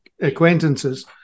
acquaintances